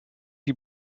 die